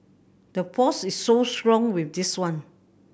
the force is so strong with this one